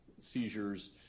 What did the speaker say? seizures